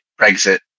Brexit